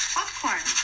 Popcorn